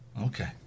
Okay